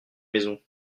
maison